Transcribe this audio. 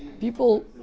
People